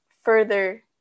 further